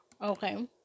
okay